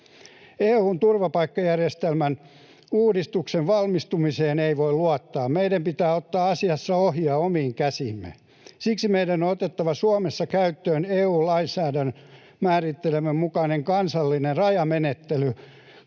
EU:n turvapaikkajärjestelmän uudistuksen valmistumiseen ei voi luottaa. Meidän pitää ottaa asiassa ohjia omiin käsiimme. Siksi meidän on otettava Suomessa käyttöön EU-lainsäädännön määritelmän mukainen kansallinen rajamenettely,